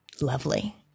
lovely